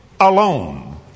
alone